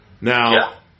Now